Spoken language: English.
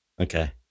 okay